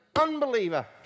unbeliever